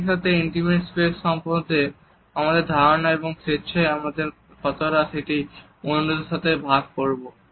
একইসাথে intimate space সম্বন্ধে আমাদের ধারণা এবং স্বেচ্ছায় আমরা কতটা সেটি অন্যদের সাথে ভাগ করব